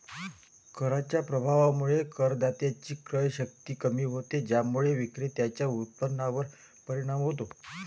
कराच्या प्रभावामुळे करदात्याची क्रयशक्ती कमी होते, ज्यामुळे विक्रेत्याच्या उत्पन्नावर परिणाम होतो